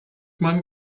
man